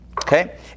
Okay